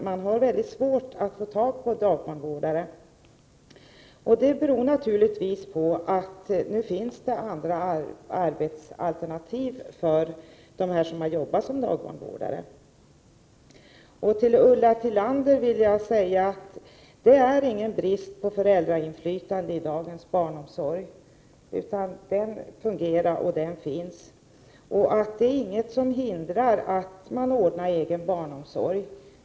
Det är väldigt svårt att få tag på dagbarnvårdare. Det beror naturligtvis på att det finns andra arbetsalternativ för dem som arbetat som dagbarnvårdare. Till Ulla Tillander vill jag säga att det inte finns någon brist på föräldrainflytande inom barnomsorgen, utan det finns och fungerar. Det är ingenting som hindrar att man ordnar egen barnomsorg.